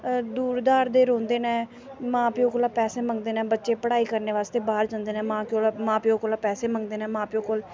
दूर दार दे रौंह्दे ने मां प्यो कोला पैसे मंगदे न बच्चे पढ़ाई करने बास्तै बाह्र जंदे न मां प्यो मां प्यो कोला पैसे मंगदे न